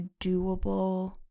doable